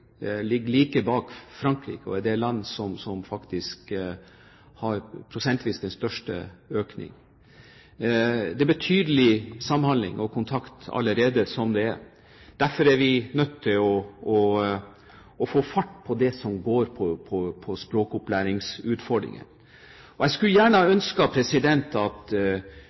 ligger like bak Frankrike, og er det land som faktisk har den største prosentvise økningen. Det er betydelig samhandling og kontakt allerede som det er. Derfor er vi nødt til å få fart på det som går på språkopplæringsutfordringen. Jeg skulle gjerne ha ønsket at